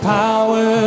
power